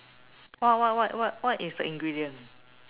what what what what what is the ingredients